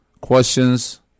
questions